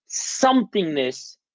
somethingness